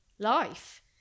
life